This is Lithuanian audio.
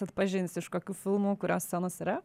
atpažins iš kokių filmų kurios scenos yra